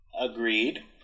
Agreed